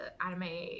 anime